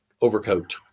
overcoat